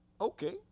okay